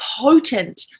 potent